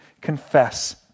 confess